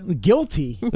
guilty